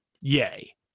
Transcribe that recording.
Yay